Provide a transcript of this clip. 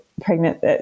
pregnant